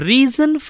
Reason